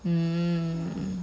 hmm